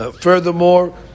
Furthermore